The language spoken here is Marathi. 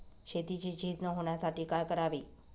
शेतीची झीज न होण्यासाठी काय करावे?